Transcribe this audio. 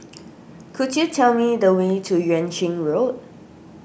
could you tell me the way to Yuan Ching Road